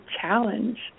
challenge